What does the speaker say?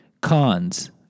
Cons